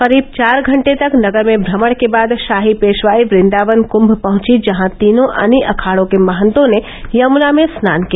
करीब चार घंटे तक नगर में भ्रमण के बाद शाही पेशवाई कृन्दावन कुंभ पहुंची जहां तीनों अनी अखाड़ों के महत्तों ने यमुना में स्नान किया